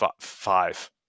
five